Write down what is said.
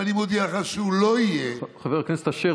ואני מודיע לך שהוא לא יהיה --- חבר הכנסת אשר,